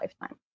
lifetime